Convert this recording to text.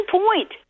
point